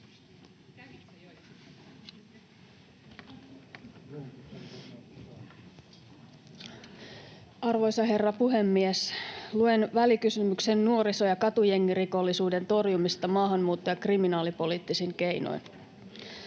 Section: 3 - Välikysymys nuoriso- ja katujengirikollisuuden torjumisesta maahanmuutto- ja kriminaalipoliittisin keinoin